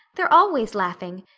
they're always laughing.